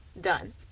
done